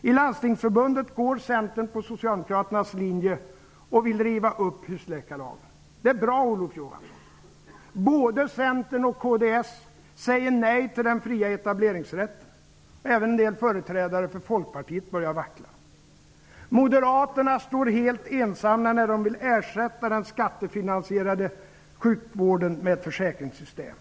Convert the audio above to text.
I Landstingsförbundet går Centern på socialdemokraternas linje och vill riva upp husläkarlagen. Det är bra, Olof Johansson. Både Centern och kds säger nej till den fria etableringsrätten. Även en del företrädare för Folkpartiet börjar vackla. Moderaterna står helt ensamma när de vill ersätta den skattefinansierade sjukvården med ett försäkringssystem.